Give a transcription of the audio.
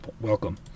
welcome